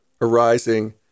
arising